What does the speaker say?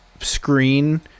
screen